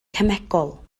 cemegol